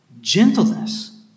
gentleness